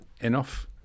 enough